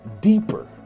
deeper